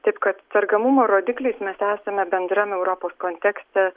taip kad sergamumo rodikliais mes esame bendram europos kontekste